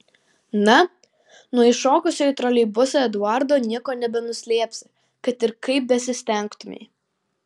na nuo įšokusio į troleibusą eduardo nieko nebenuslėpsi kad ir kaip besistengtumei